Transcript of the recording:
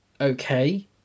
okay